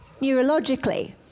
neurologically